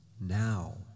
Now